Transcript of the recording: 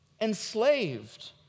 enslaved